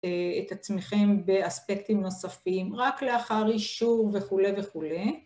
את עצמכם באספקטים נוספים רק לאחר אישור וכולי וכולי.